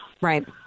Right